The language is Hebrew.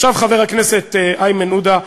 עכשיו, חבר הכנסת איימן עודה,